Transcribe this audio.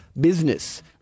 Business